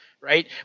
Right